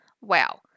wow